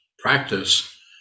Practice